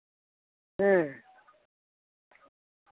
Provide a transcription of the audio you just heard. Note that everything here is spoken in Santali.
ᱦᱮᱸ